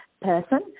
person